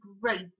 great